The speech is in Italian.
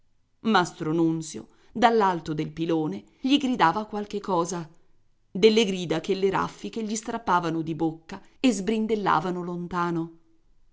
nunzio dall'alto del pilone gli gridava qualche cosa delle grida che le raffiche gli strappavano di bocca e sbrindellavano lontano